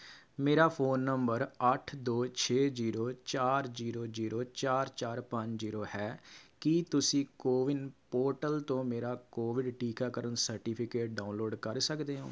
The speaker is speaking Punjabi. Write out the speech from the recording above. ਮੇਰਾ ਫ਼ੋਨ ਨੰਬਰ ਅੱਠ ਦੋ ਛੇ ਜ਼ੀਰੋ ਚਾਰ ਜ਼ੀਰੋ ਜ਼ੀਰੋ ਚਾਰ ਚਾਰ ਪੰਜ ਜ਼ੀਰੋ ਹੈ ਕੀ ਤੁਸੀਂ ਕੋਵਿਨ ਪੋਰਟਲ ਤੋਂ ਮੇਰਾ ਕੋਵਿਡ ਟੀਕਾਕਰਨ ਸਰਟੀਫਿਕੇਟ ਡਾਊਨਲੋਡ ਕਰ ਸਕਦੇ ਹੋ